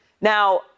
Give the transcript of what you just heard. Now